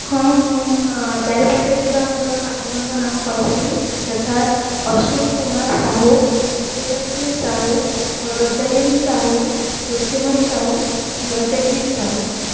ହଁ ମୁଁ ଚାରିପାଖରେ ଥିବା ମୋର ପାଞ୍ଚ ଜଣଙ୍କ ନାମ କହିପାରିବି ଯଥା ଅଶ୍ଵିନୀ କୁମାର ସାହୁ ବିଜୟଲକ୍ଷ୍ମୀ ସାହୁ ରୋଜାଲିନ ସାହୁ ତୃପ୍ତିମୟୀ ସାହୁ ଜୟଜଗଦୀଶ ସାହୁ